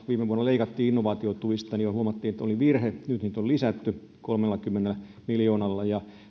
viime vuonna leikattiin innovaatiotuista niin huomattiin että se oli virhe nyt niitä on lisätty kolmellakymmenellä miljoonalla